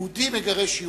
יהודי מגרש יהודי.